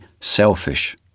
selfish